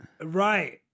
right